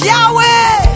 Yahweh